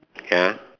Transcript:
ya